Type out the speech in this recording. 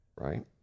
right